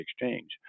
exchange